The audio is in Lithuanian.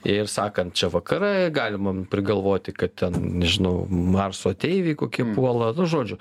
ir sakant čia vakarai galima prigalvoti kad ten nežinau marso ateiviai kokie puola nu žodžiu